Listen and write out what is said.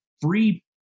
free